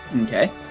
Okay